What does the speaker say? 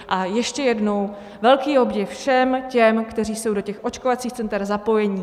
A ještě jednou velký obdiv všem těm, kteří jsou do těch očkovacích center zapojeni.